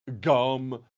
Gum